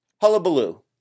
Hullabaloo